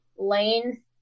lane